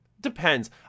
depends